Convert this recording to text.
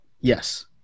Yes